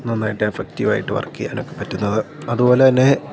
നന്നായിട്ട് ഇഫക്റ്റീവായിട്ട് വർക്ക് ചെയ്യാനൊക്കെ പറ്റുന്നത് അതുപോലെതന്നെ